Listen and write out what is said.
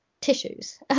tissues